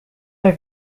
are